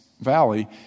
valley